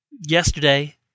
yesterday